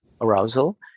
arousal